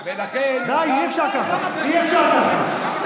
די, אי-אפשר ככה, אי-אפשר ככה.